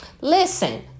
listen